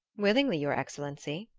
willingly, your excellency.